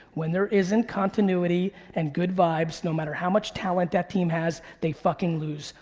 when there isn't continuity and good vibes, no matter how much talent that team has, they fucking lose.